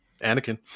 Anakin